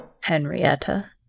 Henrietta